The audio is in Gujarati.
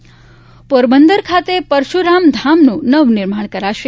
પરશુરામ ધામ પોરબંદર ખાતે પરશુરામ ધામનું નવનિર્માણ કરાશે